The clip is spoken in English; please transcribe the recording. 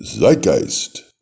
Zeitgeist